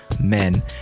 men